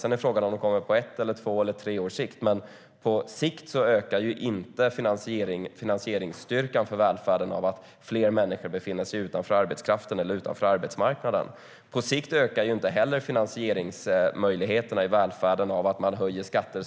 Sedan är frågan om de kommer på ett, två eller tre års sikt, men på sikt ökar inte finansieringsmöjligheterna för välfärden av att fler människor befinner sig utanför arbetskraften eller utanför arbetsmarknaden. På sikt ökar inte heller finansieringsmöjligheterna för välfärden av att man höjer skatter.